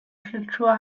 schlittschuhe